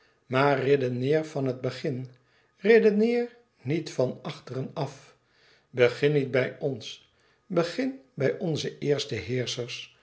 maar redeneer van het begin redeneer niet van achteren af begin niet bij ons begin bij onze éerste